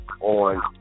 On